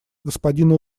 господину